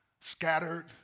Scattered